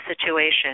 situation